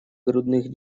грудных